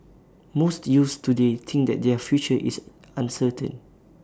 most youths today think that their future is uncertain